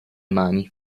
mani